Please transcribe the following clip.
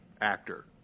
actor